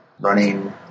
Running